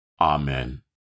Amen